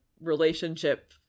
relationship